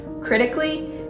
critically